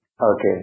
Okay